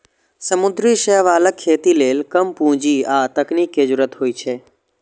समुद्री शैवालक खेती लेल कम पूंजी आ तकनीक के जरूरत होइ छै